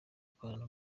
gukorana